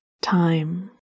time